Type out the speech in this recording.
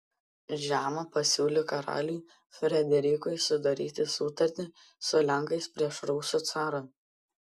žema pasiūlė karaliui frederikui sudaryti sutartį su lenkais prieš rusų carą